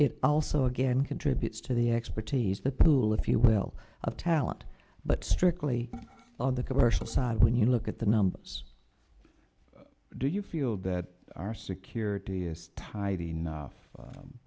it also again contributes to the expertise the pool if you will of talent but strictly on the commercial side when you look at the numbers do you feel that our security is tight enough